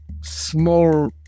small